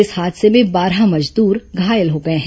इस हादसे में बारह मजदूर घायल हो गए हैं